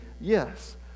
yes